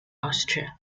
austria